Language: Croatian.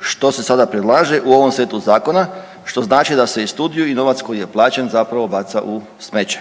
što se sada predlaže u ovom setu zakona, što znači da se studiju i novac koji je plaće zapravo baca u smeće.